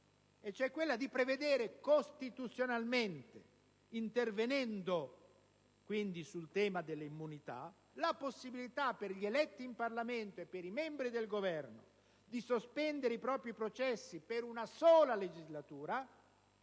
percorsa: prevedere costituzionalmente, intervenendo sul tema delle immunità, la possibilità per gli eletti in Parlamento e per i membri del Governo di sospendere i propri processi per una sola legislatura,